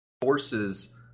forces